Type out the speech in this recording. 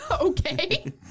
Okay